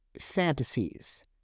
fantasies